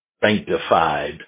sanctified